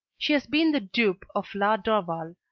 she has been the dupe of la dorval,